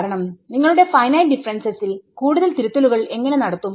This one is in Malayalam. കാരണം നിങ്ങളുടെ ഫൈനൈറ്റ് ഡിഫറെൻസെസിൽ കൂടുതൽ തിരുത്തലുകൾ എങ്ങനെ നടത്തും